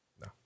No